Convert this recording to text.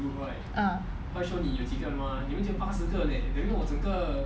ah